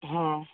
ହଁ